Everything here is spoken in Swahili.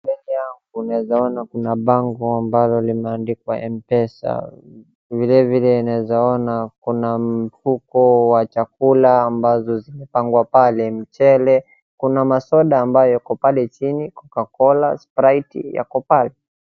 Mbele yangu unawezaona kuna mbao ambalo limeandikwa mpesa vile vile nawezaona kuna mfuko wa chakula ambazo zimepagwa pale, mchele , kuna masoda ambayo yako pele chini Coca-Cola, spirit yako pale.